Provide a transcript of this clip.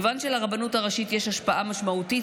כיוון שלרבנות הראשית יש השפעה משמעותית